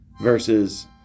versus